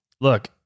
look